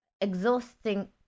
exhausting